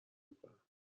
میکنم